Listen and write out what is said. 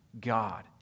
God